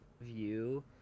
view